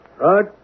Right